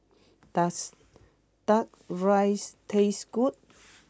does Duck Rice taste good